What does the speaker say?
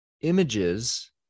images